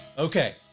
Okay